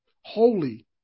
holy